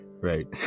right